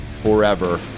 forever